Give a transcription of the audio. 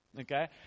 okay